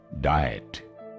diet